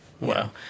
Wow